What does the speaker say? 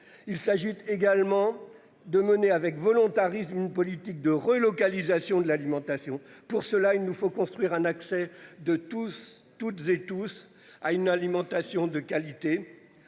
Il s'agit également de mener avec volontarisme politique de relocalisation de l'alimentation. Pour cela il nous faut construire un accès de tous, toutes et tous à une alimentation de qualité.